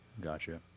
Gotcha